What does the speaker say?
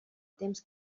temps